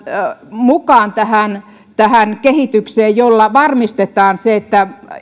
mukaan tähän tähän kehitykseen jolla varmistetaan se että